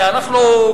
100. אנחנו,